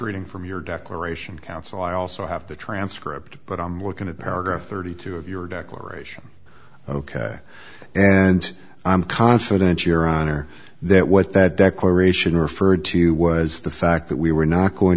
reading from your declaration counsel i also have the transcript but i'm looking at paragraph thirty two of your declaration ok and i'm confident your honor that what that declaration referred to was the fact that we were not going